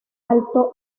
alto